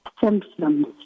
symptoms